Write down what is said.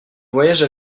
voyage